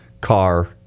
car